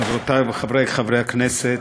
חברותי וחברי חברי הכנסת,